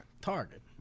Target